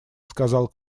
сказал